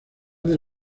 del